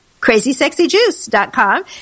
crazysexyjuice.com